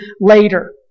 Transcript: later